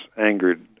angered